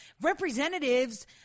representatives